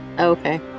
Okay